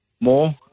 more